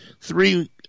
three